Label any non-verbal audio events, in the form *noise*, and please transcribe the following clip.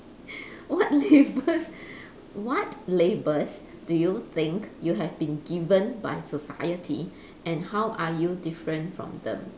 what labels *laughs* what labels do you think you have been given by society and how are you different from them